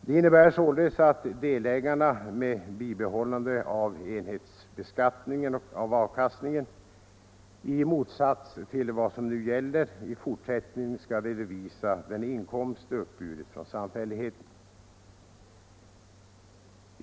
Det innebär således att delägarna med bibehållande av enhetsbeskattningen av avkastningen i motsats till vad som nu gäller i fortsättningen skall redovisa den inkomst som de uppburit från samfälligheten.